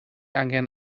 angen